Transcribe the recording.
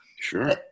Sure